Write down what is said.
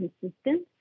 consistent